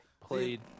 played